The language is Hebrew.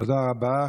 תודה רבה.